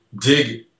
dig